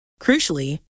crucially